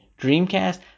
dreamcast